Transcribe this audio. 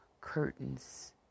curtains